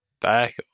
Back